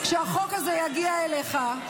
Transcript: כשהחוק הזה יגיע אליך,